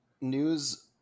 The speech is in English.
news